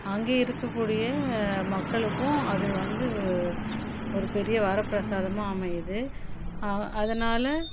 அங்கே இருக்கக்கூடிய மக்களுக்கும் அது வந்து ஒரு பெரிய வரபிரசாதமாக அமையுது அதனால